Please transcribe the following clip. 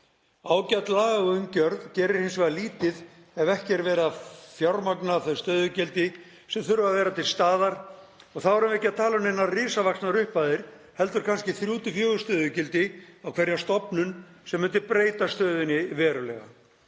Ágæt lagaumgjörð gerir hins vegar lítið ef ekki er verið að fjármagna þau stöðugildi sem þurfa að vera til staðar. Þá erum við ekki að tala um neinar risavaxnar upphæðir heldur kannski 3–4 stöðugildi á hverja stofnun sem myndi breyta stöðunni verulega.